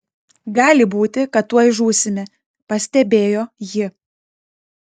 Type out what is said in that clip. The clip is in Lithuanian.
gali būti kad tuoj žūsime pastebėjo ji